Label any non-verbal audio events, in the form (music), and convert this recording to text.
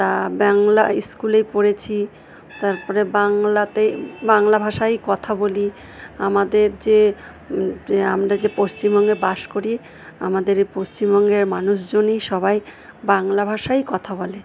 তা বাংলা স্কুলে পড়েছি তারপরে বাংলাতে বাংলা ভাষায় কথা বলি আমাদের যে (unintelligible) আমরা যে পশ্চিমবঙ্গে বাস করি আমাদের এই পশ্চিমবঙ্গের মানুষজনই সবাই বাংলা ভাষায়ই কথা বলে